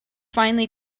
finally